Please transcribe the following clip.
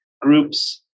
groups